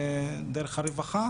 אנחנו עושים את זה.